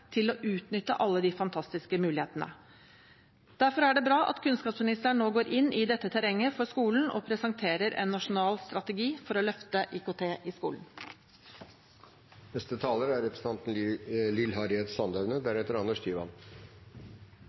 til å utnytte alle de fantastiske mulighetene. Derfor er det bra at kunnskapsministeren nå går inn i dette terrenget og presenterer en nasjonal strategi for å løfte IKT i skolen. Det er